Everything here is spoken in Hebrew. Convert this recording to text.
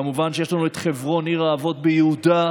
כמובן, יש לנו חברון עיר האבות ביהודה,